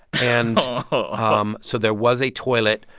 and um so there was a toilet.